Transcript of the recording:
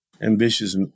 ambitious